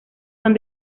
son